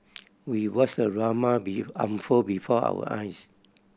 we watched the drama be unfold before our eyes